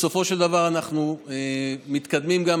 בסופו של דבר אנחנו מתקדמים גם,